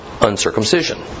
uncircumcision